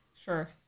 Sure